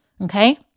Okay